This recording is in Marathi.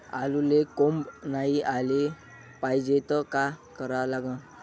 आलूले कोंब नाई याले पायजे त का करा लागन?